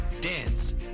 dance